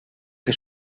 que